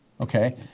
okay